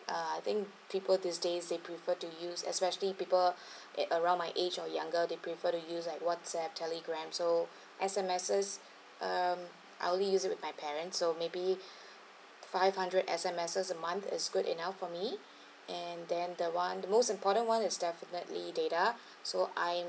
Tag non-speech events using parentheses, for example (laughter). uh I think people this day they prefer to use especially people (breath) at around my age or younger they prefer to use like WhatsApp Telegram so (breath) S_M_S um I only use it with my parents so maybe (breath) five hundred S_M_S a month is good enough for me (breath) and then the [one] the most important [one] is definitely data (breath) so I'm